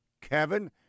Kevin